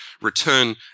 return